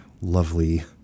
lovely